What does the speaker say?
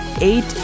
eight